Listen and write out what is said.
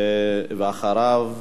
ואחריו,